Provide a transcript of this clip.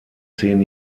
zehn